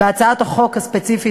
בהצעת החוק הספציפית,